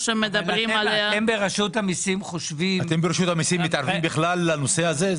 אתם ברשות המיסים מתערבים בכלל בנושא הזה?